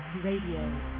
Radio